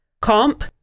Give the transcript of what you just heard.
Comp